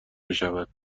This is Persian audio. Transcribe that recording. بشود